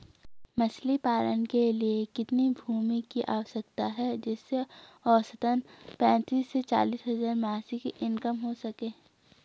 मछली पालन के लिए कितनी भूमि की आवश्यकता है जिससे औसतन पैंतीस से चालीस हज़ार मासिक इनकम हो सके?